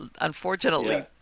unfortunately